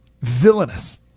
villainous